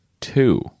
two